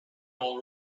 all